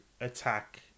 attack